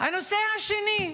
הנושא השני,